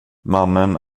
mannen